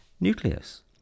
nucleus